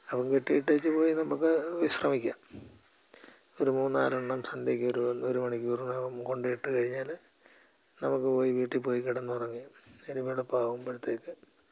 അതും കെട്ടി ഇട്ടേച്ചുപോയി നമുക്ക് വിശ്രമിക്കാം ഒരു മൂന്നാലെണ്ണം സന്ധ്യയ്ക്ക് ഒരു ഒരു മണിക്കൂറിനകം കൊണ്ട് ഇട്ടു കഴിഞ്ഞാൽ നമുക്ക് പോയി വീട്ടിൽ പോയി കിടന്നുറങ്ങി ഇനി വെളുപ്പ് ആവുമ്പോഴത്തേക്ക്